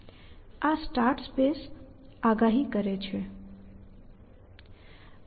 આ start space આગાહી કરે છે